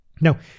now